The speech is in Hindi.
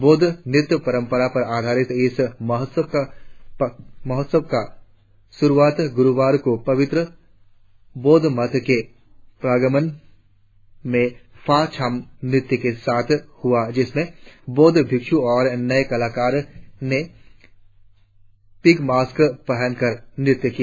बौद्ध नृत्य परंपरा पर आधारित इस महोत्सव का शुरुआत गुरुवार को पवित्र बौद्ध मठ के प्रांगण में फा छाम नृत्य के साथ हुई जिसमें बौद्ध भिक्ष और नय कलाकार ने पिग मास्क पहन कर नृत्य किया